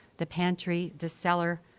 the pantry, the cellar,